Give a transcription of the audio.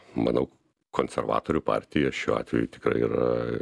manau konservatorių partija šiuo atveju tikrai yra